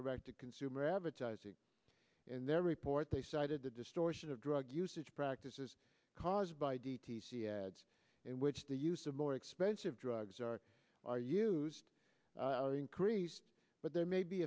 direct to consumer advertising in their report they cited the distortion of drug usage practices caused by d t c ads in which the use of more expensive drugs are are used are increased but there may be